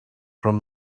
from